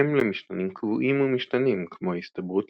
בהתאם למשתנים קבועים ומשתנים כמו ההסתברות